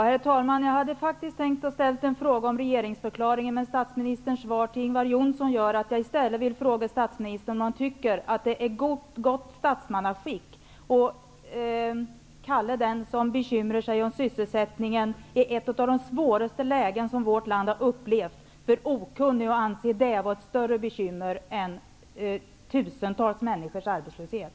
Herr talman! Jag hade faktiskt tänkt att ställa en fråga om regeringsförklaringen. Men statsministerns svar till Ingvar Johnsson gör att jag i stället vill fråga statsministern om han tycker att det är gott statsmannaskick att kalla den som bekymrar sig om sysselsättningen i ett av de svåraste lägen som vårt land har upplevt för okunnig och anse det vara ett större bekymmer än tusentals människors arbetslöshet.